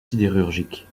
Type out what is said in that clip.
sidérurgiques